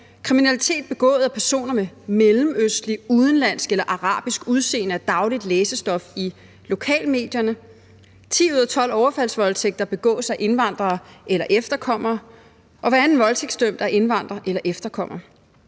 Kriminalitet begået af personer med udenlandsk udseende, mellemøstligt eller arabisk udseende, er dagligt læsestof i lokalmedierne. 10 ud af 12 overfaldsvoldtægter begås af indvandrere eller efterkommere, og hver anden voldtægtsdømt er indvandrer eller efterkommer.